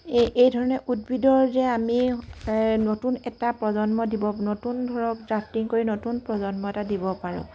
এই এই ধৰণে উদ্ভিদৰ যে আমি নতুন এটা প্ৰজন্ম দিব নতুন ধৰক ড্ৰাফটিং কৰি নতুন প্ৰজন্ম এটা দিব পাৰোঁ